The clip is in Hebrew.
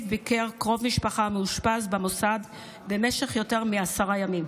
הוא ביקר קרוב משפחה המאושפז במוסד במשך יותר מעשרה ימים.